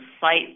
site